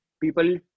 people